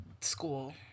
school